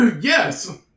Yes